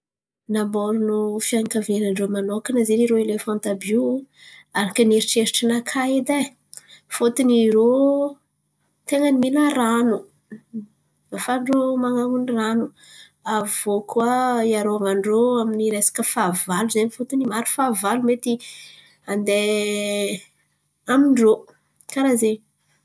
Namoron̈o fianakavian-drô man̈okana zen̈y irô elefan àby io arakin'n̈y eritreritrinakà edy fôton̈y irô ten̈a mihina ran̈o afahan-drô man̈angona ran̈o. Avy iô koa iarovan-drô amy ny resaka fahavalo fôton̈y maro fahavalo mety handeha amin-drô karà zen̈y.